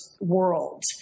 world